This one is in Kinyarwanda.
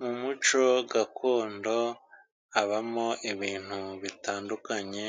Mu muco gakondo habamo ibintu bitandukanye,